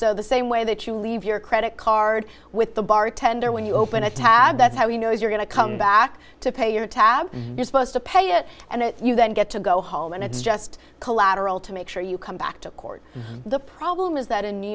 so the same way that you leave your credit card with the bartender when you open a tab that's how he knows you're going to come back to pay your tab you're supposed to pay it and you then get to go home and it's just collateral to make sure you come back to court the problem is that in new